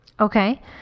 Okay